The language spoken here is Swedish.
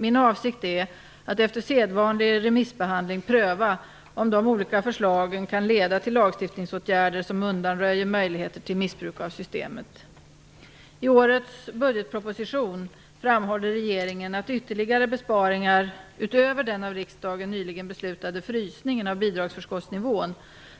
Min avsikt är att efter sedvanlig remissbehandling pröva om de olika förslagen kan leda till lagstiftningsåtgärder som undanröjer möjligheter till missbruk av systemet. 6) framhåller regeringen att ytterligare besparingar, utöver den av riksdagen nyligen beslutade "frysningen" av bidragsförskottsnivån,